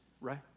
right